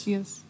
Yes